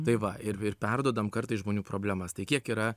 tai va ir ir perduodam kartais žmonių problemas tai kiek yra